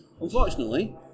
unfortunately